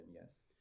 yes